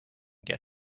get